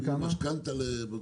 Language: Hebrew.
בכמה להעלות?